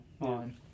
on